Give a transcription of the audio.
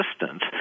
assistance